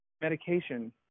medication